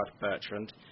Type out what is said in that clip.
Bertrand